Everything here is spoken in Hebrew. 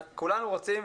כולנו רוצים,